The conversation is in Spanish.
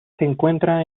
encuentra